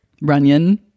runyon